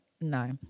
no